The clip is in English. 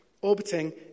orbiting